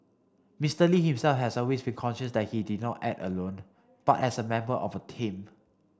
Mister Lee himself has always conscious that he did not act alone but as a member of a team